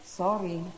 sorry